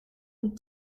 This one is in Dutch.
een